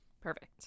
Perfect